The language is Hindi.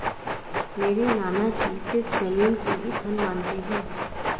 मेरे नाना जी सिर्फ जमीन को ही धन मानते हैं